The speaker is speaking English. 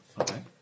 Okay